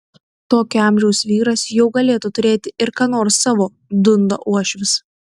tokio amžiaus vyras jau galėtų turėti ir ką nors savo dunda uošvis